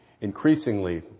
Increasingly